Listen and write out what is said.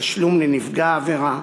תשלום לנפגע העבירה,